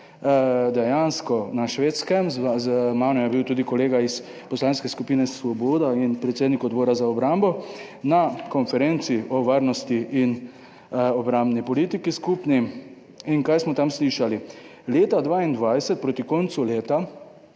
dejansko na Švedskem, z mano je bil tudi kolega iz Poslanske skupine Svoboda in predsednik Odbora za obrambo, na konferenci o varnosti in obrambni politiki, skupni, in kaj smo tam slišali? Leta 2022, proti koncu leta,